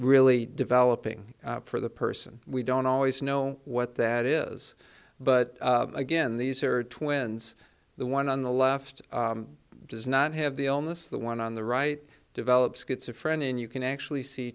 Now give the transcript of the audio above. really developing for the person we don't always know what that is but again these are twins the one on the left does not have the onus the one on the right develop schizophrenia and you can actually see